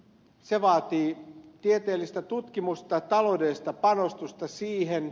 se vaatii tieteellistä tutkimusta taloudellista panostusta siihen